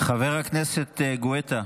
חבר הכנסת גואטה.